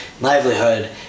livelihood